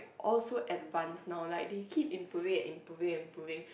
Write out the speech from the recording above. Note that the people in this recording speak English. all so advanced now like they keep improving and improving improving